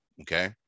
okay